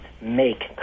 make